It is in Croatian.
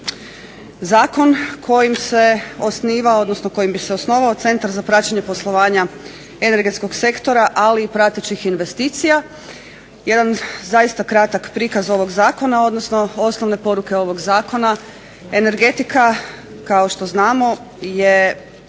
odnosno kojim bi se osnovao Centar za praćenje poslovanja energetskog sektora, ali i pratećih investicija. Jedan zaista kratak prikaz ovog zakona, odnosno osnovne poruke ovog zakona. Energetika, kao što znamo, je